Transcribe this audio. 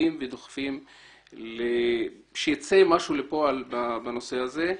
מתמקדים ודוחפים שיצא משהו לפועל בנושא הזה.